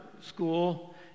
school